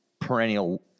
perennial